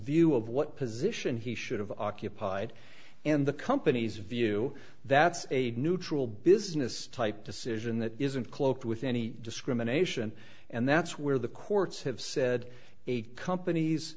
view of what position he should have occupied and the company's view that's a neutral business type decision that isn't cloaked with any discrimination and that's where the courts have said a compan